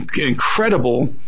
incredible